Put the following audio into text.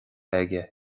aige